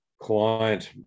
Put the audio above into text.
client